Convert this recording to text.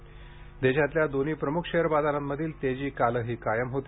share बाजार देशातल्या दोन्ही प्रमुख शेअर बाजारांमधील तेजी कालही कायम होती